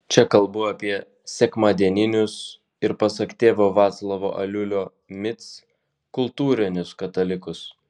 čia kalbu apie sekmadieninius ir pasak tėvo vaclovo aliulio mic kultūrinius katalikus